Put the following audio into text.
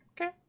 Okay